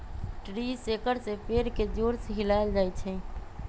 tree shaker से पेड़ के जोर से हिलाएल जाई छई